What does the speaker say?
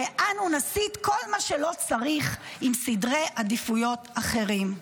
ואנו נסיט כל מה שלא צריך עם סדרי עדיפויות אחרים.